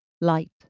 Light